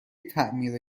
تعمیر